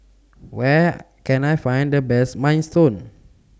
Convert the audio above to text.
Where Can I Find The Best Minestrone